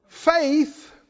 Faith